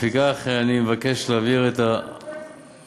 לפיכך אני מבקש להעביר את הבקשה,